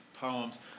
poems